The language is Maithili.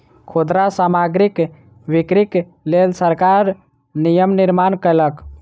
खुदरा सामग्रीक बिक्रीक लेल सरकार नियम निर्माण कयलक